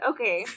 Okay